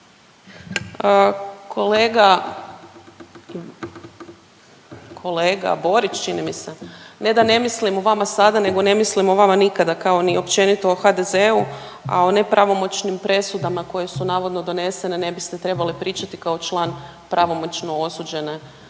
kolega Borić, čini mi se, ne da ne mislim o vama sada, nego ne mislim o vama nikada, kao ni općenito o HDZ-u, a o nepravomoćnim presudama koje su navodno donesene, ne biste trebali pričati kao član pravomoćno osuđene